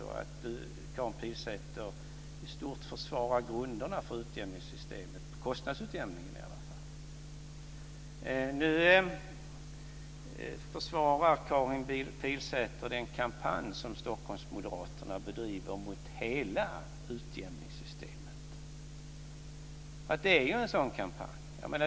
Jag tyckte att Karin Pilsäter i stort försvarade grunderna för utjämningssystemet - i alla fall kostnadsutjämningen. Nu försvarar Karin Pilsäter den kampanj som Stockholmsmoderaterna bedriver mot hela utjämningssystemet. Det är ju en kampanj!